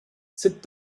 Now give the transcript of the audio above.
sit